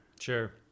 Sure